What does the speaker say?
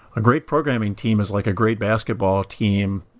a great programming team is like a great basketball team,